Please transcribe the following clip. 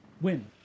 win